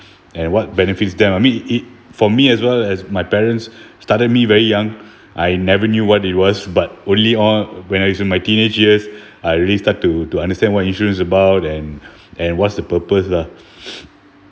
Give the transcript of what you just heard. and what benefits them I mean it for me as well as my parents started me very young I never knew what it was but only on when I was in my teenage years I really start to to understand what insurance is about and and what's the purpose lah